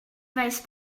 faes